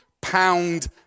pound